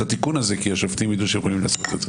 התיקון הזה כי אז השופטים יידעו שהם יכולים לעשות את זה.